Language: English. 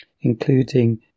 including